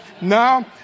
now